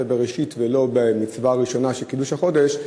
בראשית ולא במצווה הראשונה של קידוש החודש?